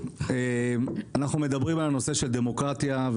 אנחנו מדברים על הנושא של דמוקרטיה,